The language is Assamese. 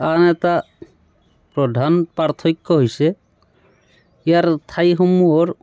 আন এটা প্ৰধান পাৰ্থক্য হৈছে ইয়াৰ ঠাইসমূহৰ